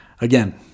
again